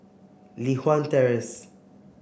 Li Hwan Terrace